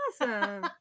Awesome